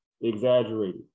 exaggerated